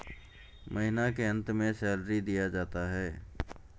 महीना के अंत में सैलरी दिया जाता है